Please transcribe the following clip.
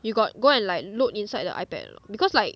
you got go and like look inside the ipad or not because like